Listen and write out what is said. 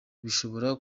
bishobora